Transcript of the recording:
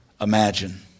imagine